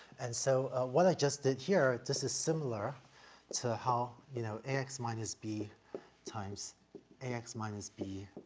and so, ah, what i just did here this is similar to how, you know, ax minus b times ax minus b,